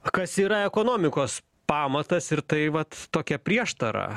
kas yra ekonomikos pamatas ir tai vat tokia prieštara